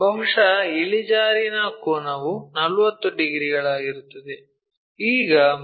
ಬಹುಶಃ ಇಳಿಜಾರಿನ ಕೋನವು 40 ಡಿಗ್ರಿಗಳಾಗಿರುತ್ತದೆ